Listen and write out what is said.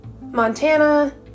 Montana